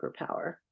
superpower